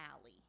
Alley